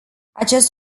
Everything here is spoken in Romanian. acest